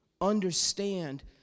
understand